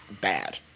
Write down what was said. bad